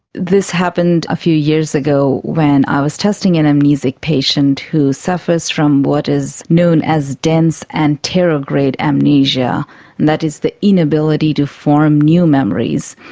this happened a few years ago when i was testing an amnesic patient who suffers from what is known as dense anterograde amnesia, and that is the inability to form new memories.